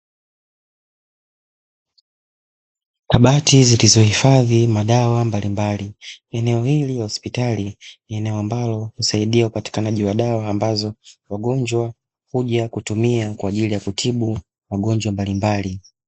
Kabati zilizohifadhi madawa mbalimbali. Eneo hili la hospitali ni eneo ambalo husaidia upatikanaji wa dawa ambazo wagonjwa huja kutumia kwa ajili ya kutibu magonjwa mbalimbali.